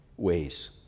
ways